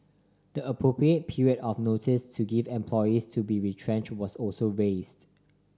the appropriate period of notice to give employees to be retrench was also wasted